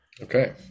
Okay